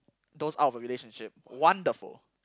those out of a relationship wonderful